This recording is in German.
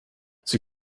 sie